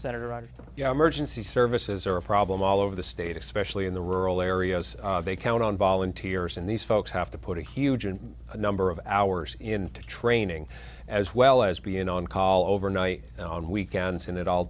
senator yeah mergence the services are a problem all over the state especially in the rural areas they count on volunteers and these folks have to put a huge and a number of hours into training as well as being on call overnight on weekends and at all